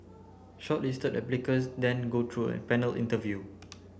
shortlisted applicants then go through a panel interview